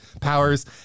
powers